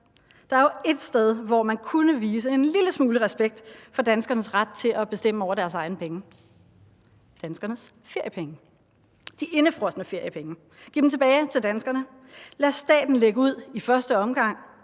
Der er jo ét sted, hvor man kunne vise en lille smule respekt for danskernes ret til at bestemme over deres egne penge, nemlig danskernes feriepenge – de indefrosne feriepenge. Giv dem tilbage til danskerne, lad staten lægge ud i første omgang,